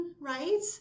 right